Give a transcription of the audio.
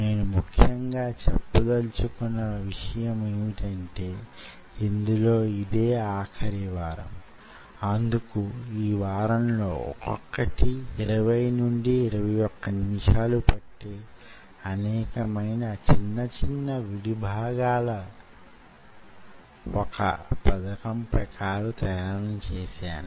మనం ముందుగా వేసుకున్న పథకం ప్రకారం వొక ఇన్ విట్రో కల్చర్ సిస్టంలో శక్తి వుత్పన్నం చేసే లేక వుత్పన్నమైన శక్తిని కొలిచే పథకాన్ని కొనసాగిస్తున్నాం